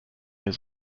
his